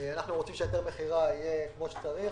אנחנו רוצים שהיתר המכירה יהיה כפי שצריך,